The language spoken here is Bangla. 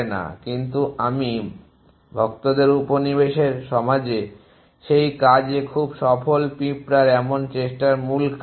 কিন্তু আমি ভক্তদের উপনিবেশের সমাজে সেই কাজে খুবই সফল পিপড়ার এমন চেষ্টার মূল কাজ কী